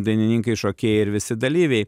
dainininkai šokėjai ir visi dalyviai